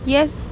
Yes